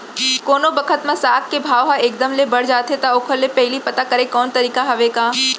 कोनो बखत म साग के भाव ह एक दम ले बढ़ जाथे त ओखर ले पहिली पता करे के कोनो तरीका हवय का?